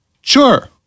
sure